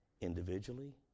individually